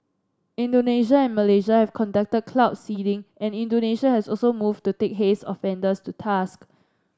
Indonesia and Malaysia have conducted cloud seeding and Indonesia has also moved to take haze offenders to task